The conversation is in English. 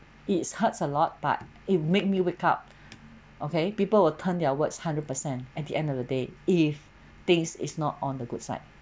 it's hurts a lot but it made me wake up okay people will turn their words hundred percent at the end of the day if things is not on the good side